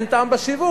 אין טעם בשיווק,